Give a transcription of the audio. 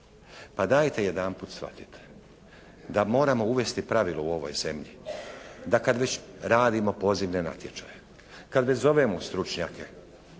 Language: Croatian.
Pa dajte jedanput shvatite, da moramo uvesti pravilo u ovoj zemlji, da kad već radimo pozivne natječaje, kad već zovemo stručnjake